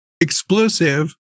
explosive